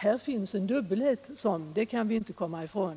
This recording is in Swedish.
Här finns det en dubbelhet som är ganska medveten, det kan vi inte komma ifrån.